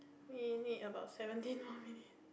we need about seventeen more minutes